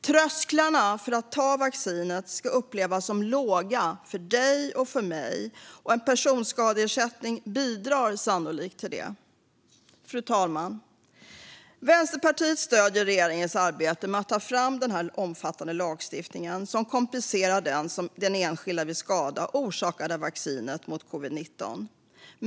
Trösklarna för att ta vaccinet ska upplevas som låga för dig och för mig, och en personskadeersättning bidrar sannolikt till det. Fru talman! Vänsterpartiet stöder regeringens arbete att ta fram denna omfattande lagstiftning som kompenserar den enskilda vid skada orsakad av vaccinet mot covid-19.